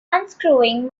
unscrewing